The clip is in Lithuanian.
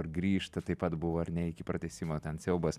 grįžta taip pat buvo ar ne iki pratęsimo ten siaubas